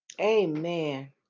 amen